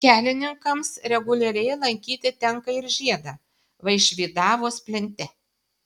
kelininkams reguliariai lankyti tenka ir žiedą vaišvydavos plente